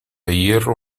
hierro